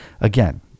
again